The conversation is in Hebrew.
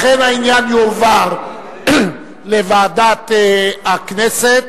לכן העניין יועבר לוועדת הכנסת,